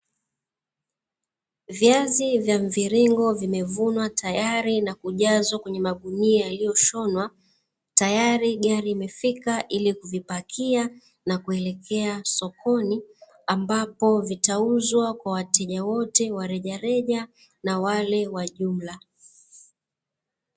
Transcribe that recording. Viazi vya mviringo vimevunwa tayari na kujazwa kwenye magunia yaliyoshonwa, tayari gari imefika ili kuvipakia na kuelekea sokoni, ambapo vitauzwa kwa wateja wote wa rejareja na wale wa jumla.